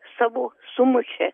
savo sumušė